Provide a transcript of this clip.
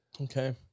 Okay